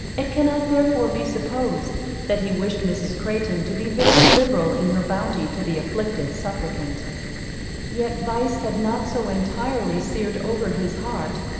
it cannot therefore be supposed that he wished mrs. crayton to be very liberal in her bounty to the afflicted suppliant yet vice had not so entirely seared over his heart,